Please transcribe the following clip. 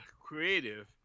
Creative